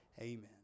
Amen